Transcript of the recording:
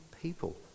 people